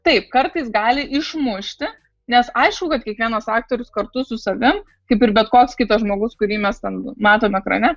taip kartais gali išmušti nes aišku kad kiekvienas aktorius kartu su savim kaip ir bet koks kitas žmogus kurį mes ten matome ekrane